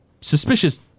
suspicious